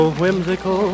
whimsical